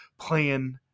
playing